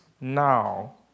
now